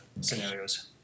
scenarios